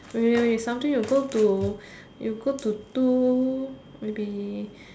wait wait wait something you go to you go to two maybe